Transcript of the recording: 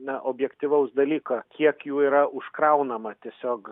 na objektyvaus dalyko kiek jų yra užkraunama tiesiog